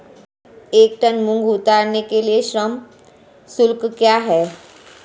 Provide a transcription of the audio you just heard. एक टन मूंग उतारने के लिए श्रम शुल्क क्या है?